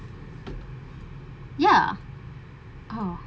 ya uh